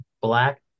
Black